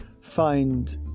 find